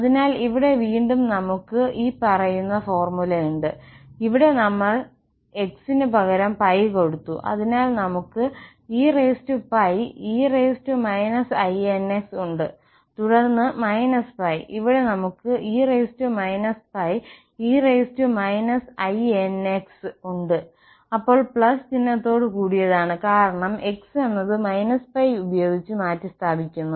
അതിനാൽ ഇവിടെ വീണ്ടും നമ്മൾക്ക് 12π 1−¿ ഉണ്ട് ഇവിടെ നമ്മൾ x ന് പകരം π കൊടുത്തു അതിനാൽ നമ്മൾക്ക് eπ e inx ഉണ്ട് തുടർന്ന് −π ഇവിടെ നമ്മൾക്ക് e π e inx ഉണ്ട് ഇപ്പോൾ ചിഹ്നത്തോടുകൂടിയതാണ് കാരണം x എന്നത് -π ഉപയോഗിച്ച് മാറ്റിസ്ഥാപിക്കുന്നു